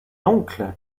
oncle